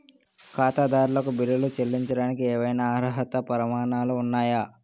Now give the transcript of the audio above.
ఖాతాదారులకు బిల్లులు చెల్లించడానికి ఏవైనా అర్హత ప్రమాణాలు ఉన్నాయా?